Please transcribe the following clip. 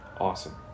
awesome